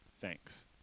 thanks